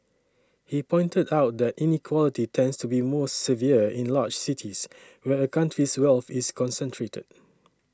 he pointed out that inequality tends to be most severe in large cities where a country's wealth is concentrated